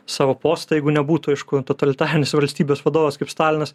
savo postą jeigu nebūtų aišku totalitarinės valstybės vadovas kaip stalinas